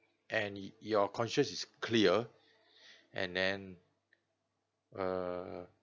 and your conscience is clear and then err